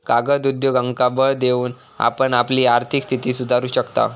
कागद उद्योगांका बळ देऊन आपण आपली आर्थिक स्थिती सुधारू शकताव